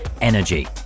Energy